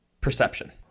perception